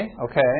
okay